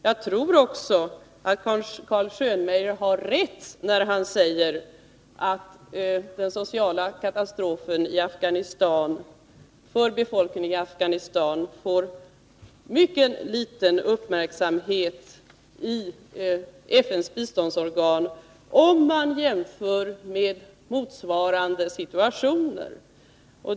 Jag tror att Carl Schönmeyr har rätt, när han säger att den sociala katastrofen för befolkningen i Afghanistan får mycket liten uppmärksamhet i FN:s biståndsorgan, om man jämför med motsvarande situationer.